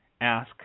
ask